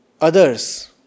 others